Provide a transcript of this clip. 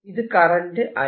ഇത് current I